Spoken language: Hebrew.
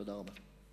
תודה רבה.